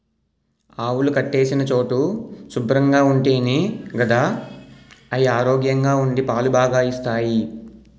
ఆవులు కట్టేసిన చోటు శుభ్రంగా ఉంటేనే గదా అయి ఆరోగ్యంగా ఉండి పాలు బాగా ఇస్తాయి